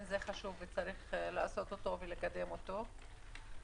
זה חשוב וצריך לעשות אותו ולקדם אותו,